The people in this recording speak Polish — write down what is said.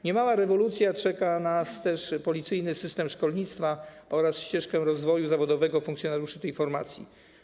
Niemała rewolucja czeka też policyjny system szkolnictwa oraz ścieżkę rozwoju zawodowego funkcjonariuszy tej formacji.